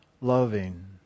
loving